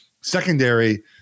secondary